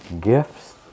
gifts